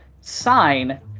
sign